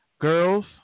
girls